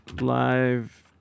live